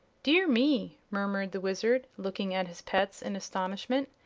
dear me! murmured the wizard, looking at his pets in astonishment.